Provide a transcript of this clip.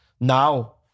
now